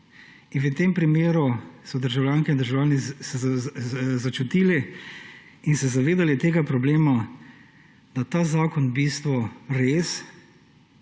In v tem primeru so državljanke in državljani začutili in se zavedali tega problema, da ta zakon v bistvu res